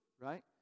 right